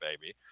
baby